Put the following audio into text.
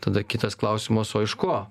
tada kitas klausimas o iš ko